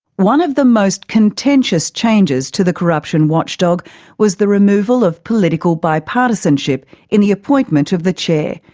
one of the most contentious changes to the corruption watchdog was the removal of political bipartisanship in the appointment of the chair,